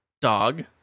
dog